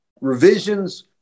revisions –